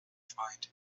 find